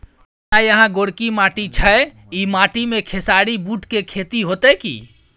हमारा यहाँ गोरकी माटी छै ई माटी में खेसारी, बूट के खेती हौते की?